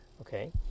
Okay